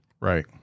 Right